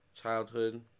Childhood